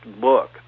book